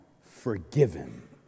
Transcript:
forgiven